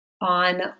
on